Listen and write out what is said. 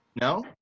No